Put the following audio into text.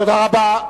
תודה רבה.